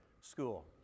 school